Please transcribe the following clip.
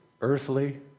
earthly